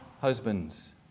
husbands